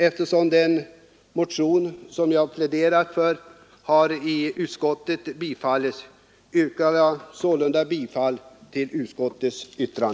Eftersom den motion jag pläderat för har tillstyrkts av utskottet yrkar jag bifall till utskottets hemställan.